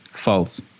False